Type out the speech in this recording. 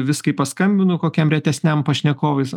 vis kai paskambinu kokiam retesniam pašnekovais